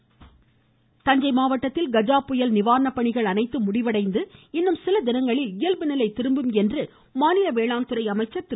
Duraikannu voice Thanjai மாவட்டத்தில் கஜா புயல் நிவாரண பணிகள் அனைத்தும் முடிவடைந்து இன்னும் சில தினங்களில் இயல்பு நிலை திரும்பும் என்று மாநில வேளாண்துறை அமைச்சர் திரு